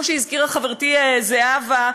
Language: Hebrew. כמו שהזכירה חברתי זהבה,